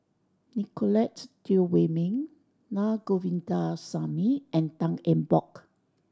Nicolette Teo Wei Min Na Govindasamy and Tan Eng Bock